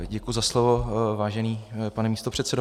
Děkuji za slovo, vážený pane místopředsedo.